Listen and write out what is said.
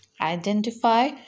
Identify